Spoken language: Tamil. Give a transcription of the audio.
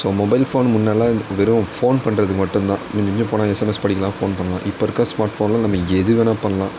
ஸோ மொபைல் ஃபோன் முன்னெல்லாம் வெறும் ஃபோன் பண்ணுறதுக்கு மட்டுந்தான் மிஞ்சி மிஞ்சி போனால் எஸ்எம்எஸ் படிக்கலாம் ஃபோன் பண்ணலாம் இப்போது இருக்கற ஸ்மார்ட் ஃபோன்லாம் நம்ம எது வேணா பண்ணலாம்